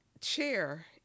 chair